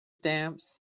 stamps